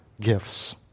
gifts